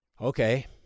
Okay